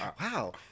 wow